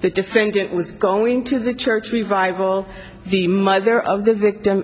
the defendant was going to the church revival the mother of the victim